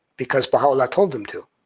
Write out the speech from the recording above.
because baha'u'llah told them to.